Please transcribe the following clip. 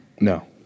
No